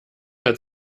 hat